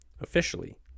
Officially